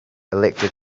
elected